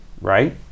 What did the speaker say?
right